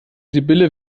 sibylle